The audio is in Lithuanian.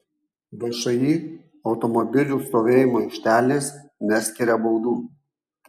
všį automobilių stovėjimo aikštelės neskiria baudų